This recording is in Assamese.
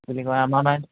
বুলি কয় আমাৰ নাই